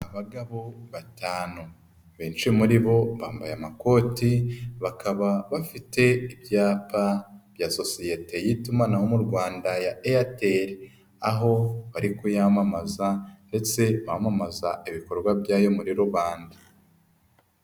Abagabo batanu benshi muri bo bambaye amakoti bakaba bafite ibyapa bya sosiyete y'itumanaho mu Rwanda ya Airtel aho bari kuyamamaza ndetse bamamaza ibikorwa byayo muri rubanda.